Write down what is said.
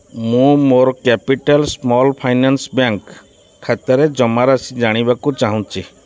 ମୁଁ ମୋର capital small finance bank ଖାତାରେ ଜମାରାଶି ଜାଣିବାକୁ ଚାହୁଁଛି